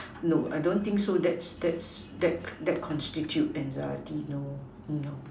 no I don't think so that's that's that that constitute anxiety no no